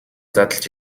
задалж